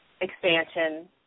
expansion